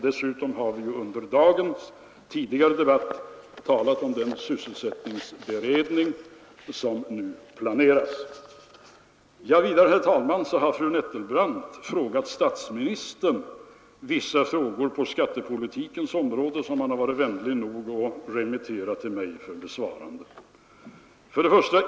Dessutom har vi under dagens tidigare debatt talat om den sysselsättningsberedning som nu planeras. Vidare, herr talman, har fru Nettelbrandt ställt vissa frågor till statsministern på skattepolitikens område. Han har varit vänlig nog att remittera dem till mig för besvarande. 1.